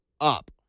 up